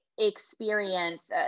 experience